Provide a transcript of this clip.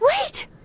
Wait